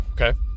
Okay